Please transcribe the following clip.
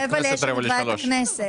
מכאן מתחיל הכוח שלנו.